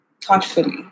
thoughtfully